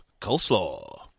Coleslaw